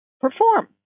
perform